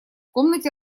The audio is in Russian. комнате